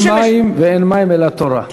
ואין מים אלא תורה.